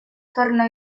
tornò